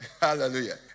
Hallelujah